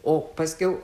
o paskiau